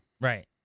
Right